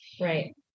Right